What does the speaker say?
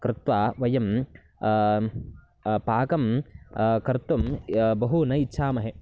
कृत्वा वयं पाकं कर्तुं य बहु न इच्छामहे